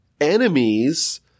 enemies